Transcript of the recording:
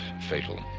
fatal